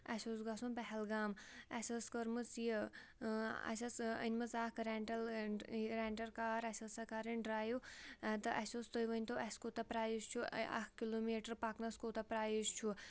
اَسہِ اوس گژھُن پہلگام اَسہِ ٲس کٔرمٕژ یہِ اَسہِ ٲس أنۍ مٕژ اَکھ رٮ۪نٛٹَل رٮ۪نٛٹَل کار اَسہِ ٲس کَرٕنۍ ڈرٛایِو تہٕ اَسہِ اوس تُہۍ ؤنۍ تَو اَسہِ کوٗتاہ پرٛایِز چھُ اَکھ کِلوٗمیٖٹَر پَکنَس کوٗتاہ پرٛایِز چھُ